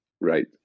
Right